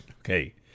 Okay